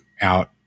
out